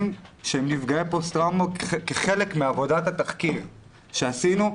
שהם נפגעי פוסט טראומה כחלק מעבודת התחקיר שעשינו.